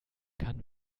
kann